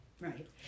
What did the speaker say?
Right